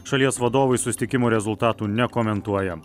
šalies vadovai susitikimo rezultatų nekomentuoja